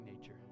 nature